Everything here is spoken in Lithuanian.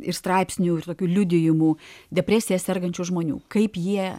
ir straipsnių ir tokių liudijimų depresija sergančių žmonių kaip jie